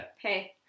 Hey